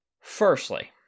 Firstly